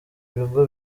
bigo